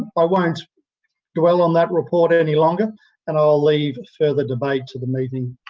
i won't dwell on that report any longer and i will leave further debate to the meeting.